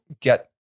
get